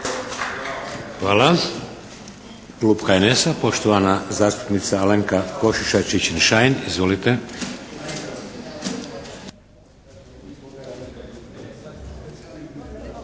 Hvala. Klub HNS-a, poštovana zastupnica Alenka Košiša Čičin-Šain. Izvolite.